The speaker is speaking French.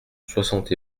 soixante